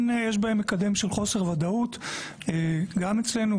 יש בהן מקדם של חוסר ודאות גם אצלנו,